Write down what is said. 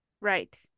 right